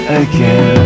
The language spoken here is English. again